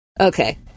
Okay